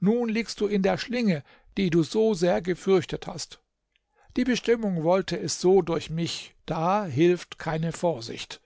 nun liegst du in der schlinge die du so sehr gefürchtet hast die bestimmung wollte es so durch mich da hilft keine vorsicht